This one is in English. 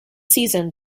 season